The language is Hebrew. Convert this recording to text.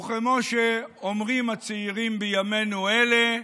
וכמו שאומרים הצעירים בימינו אלה,